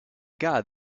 god